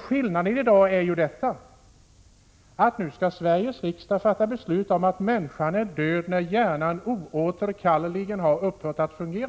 Skillnaden är att vi nu i dag i Sveriges riksdag skall fatta beslut om att människan är död när hjärnan oåterkalleligen har upphört att fungera.